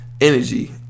Energy